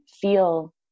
feel